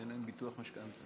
אין להם ביטוח משכנתה.